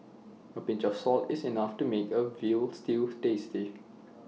A pinch of salt is enough to make A Veal Stew tasty